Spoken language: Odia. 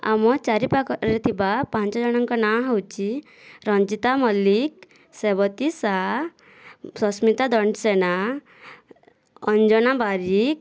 ଆମ ଚାରି ପାଖରେ ଥିବା ପାଞ୍ଚ ଜଣଙ୍କ ନାଁ ହେଉଛି ରଞ୍ଜିତା ମଲ୍ଲିକ ସେବତୀ ସା ସସ୍ମିତା ଦଣ୍ଡସେନା ଅଞ୍ଜନା ବାରିକ